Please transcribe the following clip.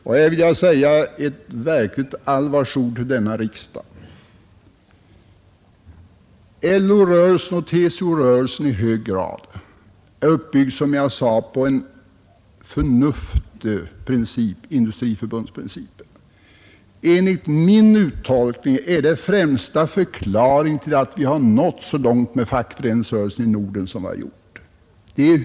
Och här vill jag rikta ett verkligt allvarsord till denna LO-rörelsen och TCO-rörelsen är, såsom jag sade, i hög grad uppbyggda på en förnuftig princip, industriförbundsprincipen. Enligt min uttolkning är detta den främsta förklaringen till att vi har nått så långt med fackföreningsrörelsen i Norden som vi har gjort.